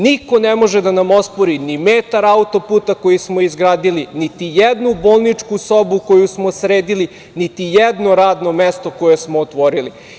Niko ne može da nam ospori ni metar autoputa koji smo izgradili, niti jednu bolničku sobu koju smo sredili, niti jedno radno mesto koje smo otvorili.